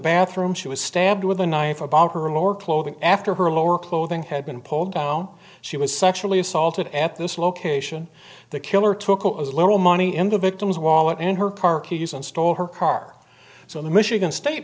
bathroom she was stabbed with a knife about her lower clothing after her lower clothing had been pulled down she was sexually assaulted at this location the killer took little money in the victim's wallet and her car keys and stole her car so the michigan state